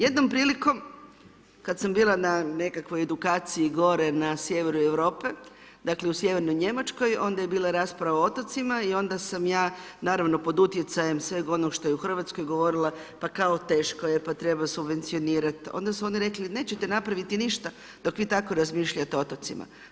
Jednom prilikom, kad sam bila na nekakvoj edukaciji gore na sjeveru Europe, dakle u sjevernoj Njemačkoj, onda je bila rasprava o otocima i onda sam ja, naravno pod utjecajem sveg onog što je u RH govorila pa kao teško je, pa treba subvencionirat, onda su oni rekli, nećete napraviti ništa dok vi tako razmišljate o otocima.